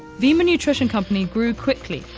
vemma nutrition company grew quickly,